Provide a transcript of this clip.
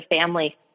family